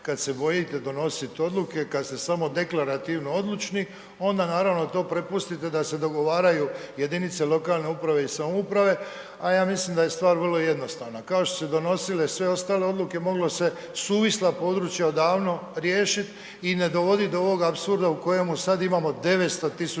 Kad se bojite donosit odluke, kad ste samo deklarativno odlučni onda naravno to prepustite da se dogovaraju jedinice lokalne uprave i samouprave, a ja mislim da je stvar vrlo jednostavna. Kao što su se donosile sve ostale odluke, moglo se suvisla područja odavno riješit i ne dovodit do ovog apsurda u kojemu sad imamo 900.000